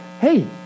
hey